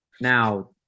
now